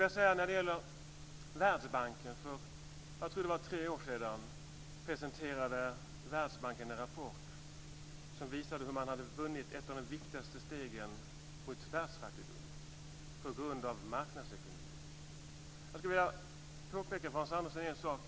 Jag tror att det var för tre år sedan som Världsbanken presenterade en rapport som visade hur man hade tagit ett av de viktigaste stegen i kampen mot världsfattigdomen genom marknadsekonomin. Jag skulle vilja påpeka en sak för Hans Andersson.